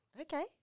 Okay